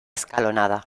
escalonada